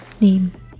name